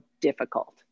difficult